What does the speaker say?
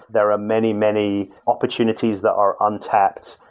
there ah many, many opportunities that are untapped.